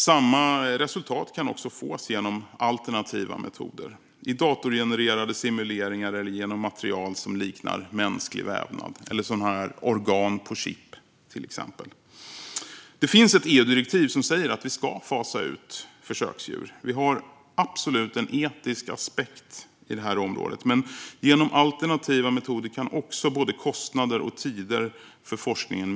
Samma resultat kan dock fås genom alternativa metoder - i datorgenererade simuleringar, genom material som liknar mänsklig vävnad eller genom organ på chip, till exempel. Det finns ett EU-direktiv som säger att vi ska fasa ut försöksdjur. Det finns absolut en etisk aspekt på det här området, men genom alternativa metoder kan man även minska både kostnader och tider för forskningen.